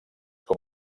com